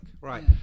Right